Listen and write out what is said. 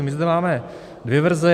My zde máme dvě verze.